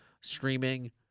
streaming